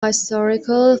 historical